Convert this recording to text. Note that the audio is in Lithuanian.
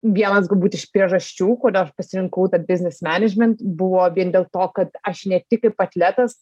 vienas galbūt iš priežasčių kodėl aš pasirinkau tą biznis menedžment buvo vien dėl to kad aš ne tik kaip atletas